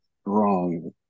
strong